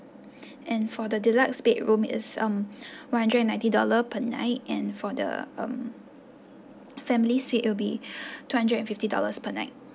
and for the deluxe bedroom is um one hundred and ninety dollars per night and for the um family suite will be two hundred and fifty dollars per night